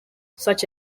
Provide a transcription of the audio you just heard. such